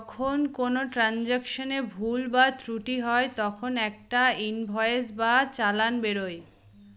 যখন কোনো ট্রান্সাকশনে ভুল বা ত্রুটি হয় তখন একটা ইনভয়েস বা চালান বেরোয়